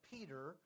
Peter